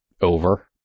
over